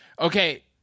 Okay